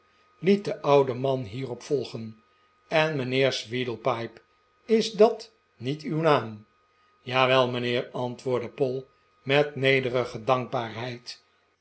liet de oude man hierop volgen en mijnheer sweedlepipe is dat niet uw naam jawel mijnheer antwoordde poll met nederige dankbaarheid